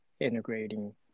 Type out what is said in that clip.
integrating